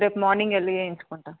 రేపు మార్నింగ్ వెళ్ళి చేయించుకుంటాను